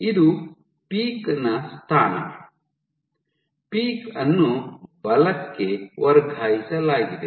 ಇದು ಪೀಕ್ ನ ಸ್ಥಾನ ಪೀಕ್ ಅನ್ನು ಬಲಕ್ಕೆ ವರ್ಗಾಯಿಸಲಾಗಿದೆ